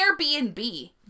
Airbnb